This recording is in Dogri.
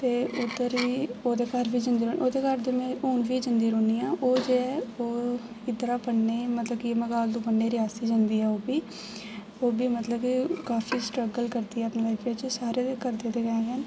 ते उद्धर बी ओह्दे घर बी जन्दी रौह्न्नी ओह्दे घर ते में हून बी जन्दी रौह्न्नी आं ओह् जे ऐ ओह् इद्धरा पढ़ने ई मतलब की मगाल तो पढ़ने ई रियासी जन्दी ऐ ओह् बी ओह् बी मतलब काफी स्ट्रगल करदी ऐ अपनी लाइफ बिच सारे ते करदे ते ऐ गै न